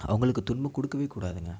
அவங்களுக்கு துன்பம் கொடுக்கவே கூடாதுங்க